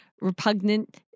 repugnant